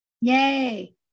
Yay